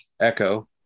Echo